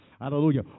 Hallelujah